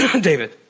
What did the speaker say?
David